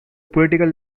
political